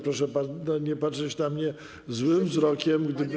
Proszę nie patrzeć na mnie złym wzrokiem, gdy.